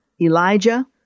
Elijah